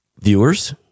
Viewers